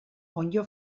onddo